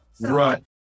right